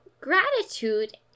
gratitude